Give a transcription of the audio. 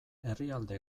herrialde